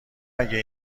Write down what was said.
اگه